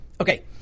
okay